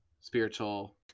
spiritual